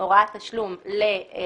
הוראת תשלום למנפיק,